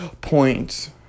points